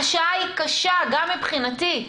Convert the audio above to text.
השעה קשה, גם מבחינתי.